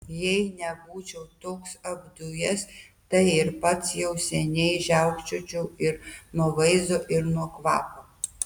jei nebūčiau toks apdujęs tai ir pats jau seniai žiaukčiočiau ir nuo vaizdo ir nuo kvapo